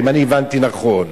אם אני הבנתי נכון.